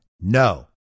No